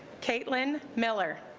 caitlin miller